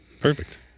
perfect